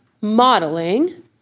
modeling